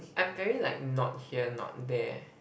I'm very like not here not there